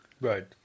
Right